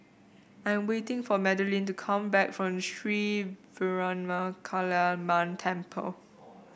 I'm waiting for Madelyn to come back from Sri Veeramakaliamman Temple